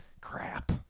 Crap